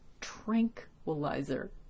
tranquilizer